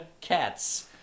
Cats